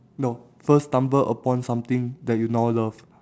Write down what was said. no first stumble upon something that you now love